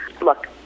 look